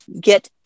get